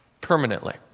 permanently